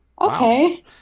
okay